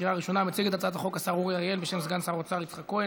לוועדת הכספים נתקבלה.